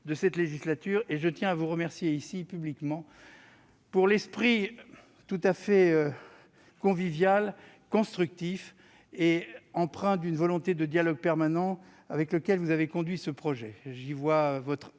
de cette législature. Je tiens à vous remercier publiquement pour l'esprit tout à fait convivial, constructif et empreint d'une volonté de dialogue permanent avec lequel vous avez conduit ce projet. J'y vois votre